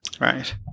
Right